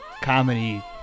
comedy